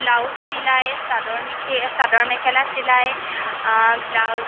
blouse চিলায় চাদৰ মেখে চাদৰ মেখেলা চিলায় ব্লাউজ